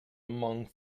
among